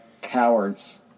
cowards